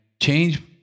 change